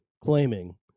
claiming